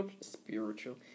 spiritual